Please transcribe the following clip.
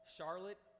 Charlotte